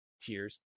Tears